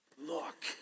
Look